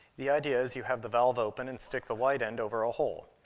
the idea is, you have the valve open and stick the wide end over a hole.